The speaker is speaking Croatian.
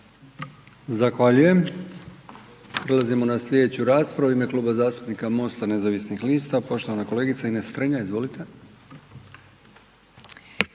Zahvaljujem. Prelazimo na sljedeću raspravu u ime Kluba zastupnika MOST-a nezavisnih lista poštovana kolegica Ines Strenja. Izvolite.